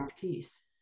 peace